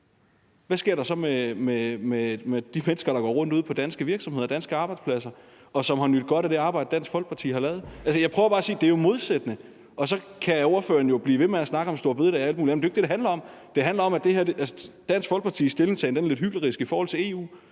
hvad sker der så med de mennesker, der går rundt ude på danske virksomheder i danske arbejdspladser, og som har nydt godt af det arbejde, Dansk Folkeparti har lavet? Altså, jeg prøver bare at sige, at det er en modsætning. Og så kan ordføreren blive ved med at snakke om store bededag og alt muligt andet, men det er jo ikke det, det handler om. Det handler om, at Dansk Folkepartis stillingtagen er lidt hyklerisk i forhold til EU.